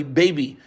baby